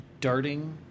darting